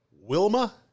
Wilma